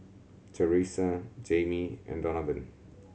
Teressa Jaimee and Donavan